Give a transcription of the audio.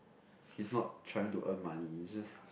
he's not trying to earn money he's just